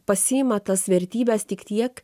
pasiima tas vertybes tik tiek